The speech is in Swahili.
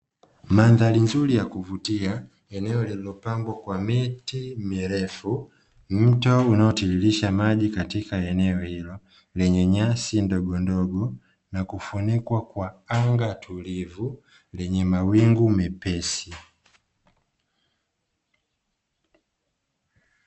Mandhari nzuri ya kuvutia, eneo lililopangwa kwa miti mirefu, mto unaotiririsha maji katika eneo hilo, lenye nyasi ndogondogo na kufunikwa kwa anga tulivu lenye mawingu mepesi.